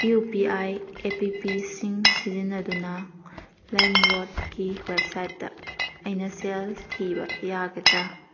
U P I A P ꯄꯤꯁꯤꯡ ꯁꯤꯖꯤꯟꯅꯗꯨꯅ ꯂꯦꯝꯔꯣꯗꯀꯤ ꯋꯦꯞꯁꯥꯏꯠꯇ ꯑꯩꯅ ꯁꯦꯜ ꯊꯤꯕ ꯌꯥꯒꯗ꯭ꯔ